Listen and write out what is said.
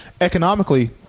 Economically